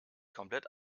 komplett